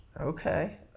Okay